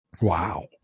wow